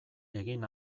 egin